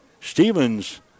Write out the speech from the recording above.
Stevens